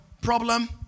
Problem